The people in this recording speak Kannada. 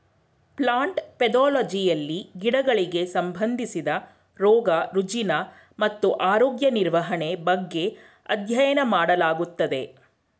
ಪ್ಲಾಂಟ್ ಪೆದೊಲಜಿಯಲ್ಲಿ ಗಿಡಗಳಿಗೆ ಸಂಬಂಧಿಸಿದ ರೋಗ ರುಜಿನ ಮತ್ತು ಆರೋಗ್ಯ ನಿರ್ವಹಣೆ ಬಗ್ಗೆ ಅಧ್ಯಯನ ಮಾಡಲಾಗುತ್ತದೆ